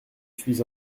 suis